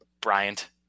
Bryant